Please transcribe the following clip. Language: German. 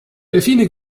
delfine